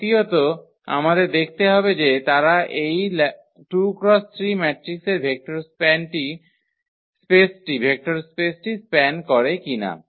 দ্বিতীয়ত আমাদের দেখতে হবে যে তারা এই 2 X 3 ম্যাট্রিক্সের ভেক্টর স্পেসটি স্প্যান করে কিনা